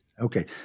Okay